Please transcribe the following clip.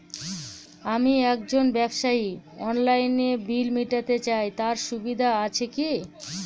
আমি একজন ব্যবসায়ী অনলাইনে বিল মিটাতে চাই তার সুবিধা আছে কি?